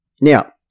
Now